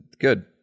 good